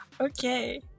Okay